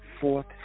fourth